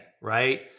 Right